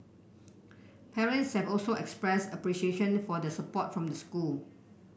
parents have also expressed appreciation for the support from the school